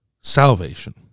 salvation